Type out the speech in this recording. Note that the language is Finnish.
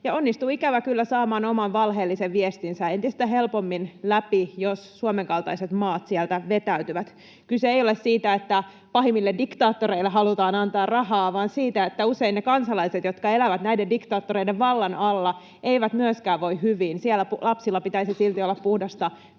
onnistuu ikävä kyllä saamaan oman valheellisen viestinsä entistä helpommin läpi, jos Suomen kaltaiset maat sieltä vetäytyvät. Kyse ei ole siitä, että pahimmille diktaattoreille halutaan antaa rahaa, vaan siitä, että usein kansalaiset, jotka elävät näiden diktaattoreiden vallan alla, eivät voi hyvin. Siellä lapsilla pitäisi silti olla puhdasta